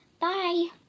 Bye